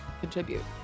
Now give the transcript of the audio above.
contribute